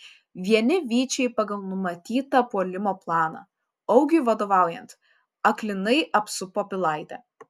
vieni vyčiai pagal numatytą puolimo planą augiui vadovaujant aklinai apsupo pilaitę